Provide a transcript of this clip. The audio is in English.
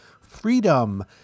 Freedom